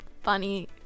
funny